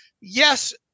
Yes